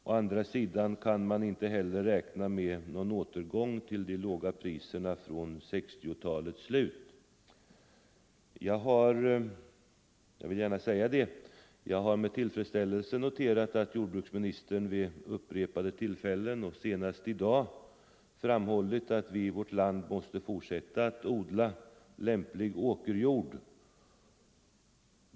Å andra sidan kan man inte heller räkna med någon återgång till de låga priserna från 1960-talets slut. Jag har med tillfredsställelse noterat att jordbruksministern vid upprepade tillfällen och senast i dag framhållit, att vi i vårt land måste fortsätta att odla lämplig åkerjord.